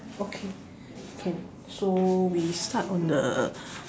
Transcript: okay can so we start on the